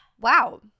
Wow